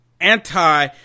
anti